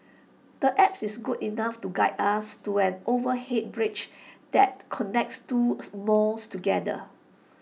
the apps is good enough to guide us to an overhead bridge that connects two smalls together